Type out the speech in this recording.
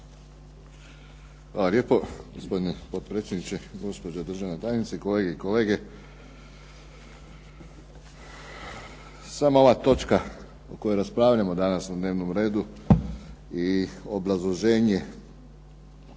Hvala lijepo gospodine potpredsjedniče, gospođo državna tajnice, kolegice i kolege. Sama ova točka o kojoj raspravljamo danas na dnevnom redu i obrazloženje